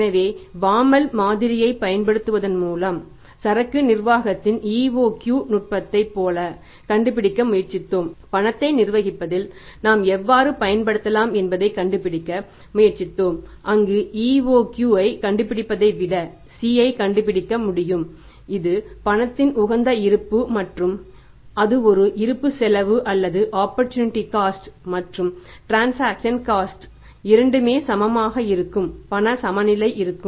எனவே பாமால் கள் இரண்டுமே சமமாக இருக்கும் பண சமநிலையாக இருக்கும்